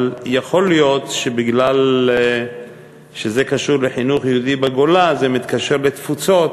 יכול להיות שמכיוון שזה קשור לחינוך יהודי בגולה זה מתקשר לתפוצות,